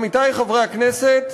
עמיתי חברי הכנסת,